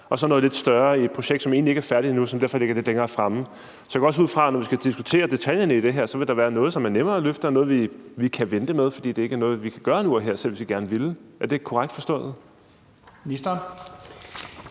der noget lidt større i et projekt, som egentlig ikke er færdigt endnu, og som derfor ligger lidt længere fremme. Så jeg går også ud fra, at når vi skal diskutere detaljerne i det her, vil der være noget, som er nemmere at løfte, og noget, vi kan vente med, fordi det ikke er noget, vi kan gøre nu og her, selv hvis vi gerne ville. Er det korrekt forstået? Kl.